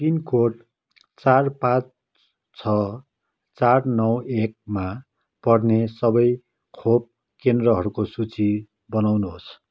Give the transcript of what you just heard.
pin code चार पाँच छ चार नौ एकमा पर्ने सबै खोप केन्द्रहरूको सूची बनाउनुहोस्